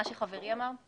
שחברי התייחס אליו.